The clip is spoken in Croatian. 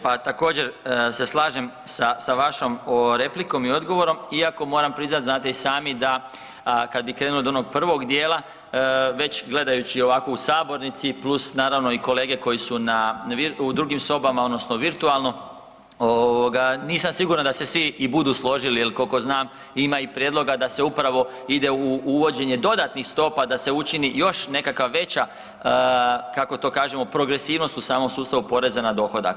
Pa također se slažem sa vašom replikom i odgovorom iako moram priznati znate i sami da kad bi krenuo od onog prvog dijela već gledajući ovako u sabornici plus naravno i kolege koje su u drugim sobama odnosno virtualno ovoga nisam siguran da se svi i budu složili jer koliko znam ima i prijedloga da se upravo ide u uvođenje dodatnih stopa da se učini još nekakva veća kako to kažemo progresivnost u samom sustavu poreza na dohodak.